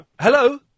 Hello